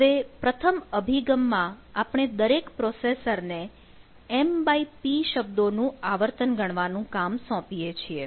હવે પ્રથમ અભિગમમાં આપણે દરેક પ્રોસેસર ને mp શબ્દો નું આવર્તન ગણવાનું કામ આપીએ છીએ